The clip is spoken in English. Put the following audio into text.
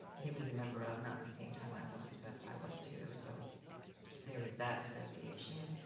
he was a member of not at the same time i was, but i was too. so there was that association.